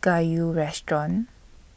Gayu Restaurant